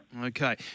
Okay